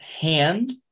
hand